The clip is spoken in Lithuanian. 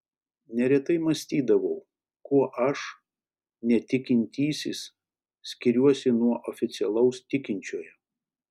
neretai mąstydavau kuo aš netikintysis skiriuosi nuo oficialaus tikinčiojo